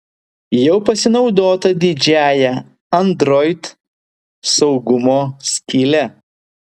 jau pasinaudota didžiąja android saugumo skyle